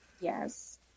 Yes